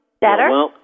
better